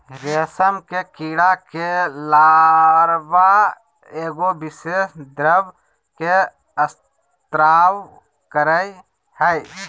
रेशम के कीड़ा के लार्वा एगो विशेष द्रव के स्त्राव करय हइ